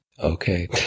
Okay